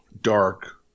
dark